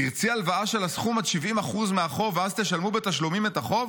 תרצי הלוואה של הסכום עד 70% מהחוב ואז תשלמו בתשלומים את החוב?